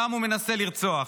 שאותם הוא מנסה לרצוח.